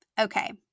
Okay